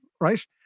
right